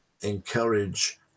encourage